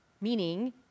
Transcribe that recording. meaning